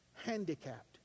Handicapped